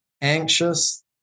anxious